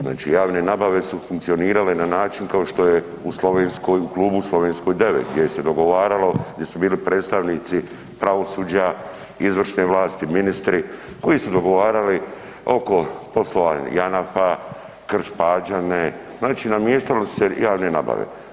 Znači javne nabave su funkcionirale na način kao što je u klubu u Slovenskoj 9 gdje je se dogovaralo di su bili predstavnici pravosuđa, izvršne vlasti, ministri koji su dogovarali oko poslova Janafa, Krš-Pađene, znači namještale su se javne nabave.